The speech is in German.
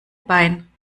bein